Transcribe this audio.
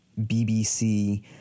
BBC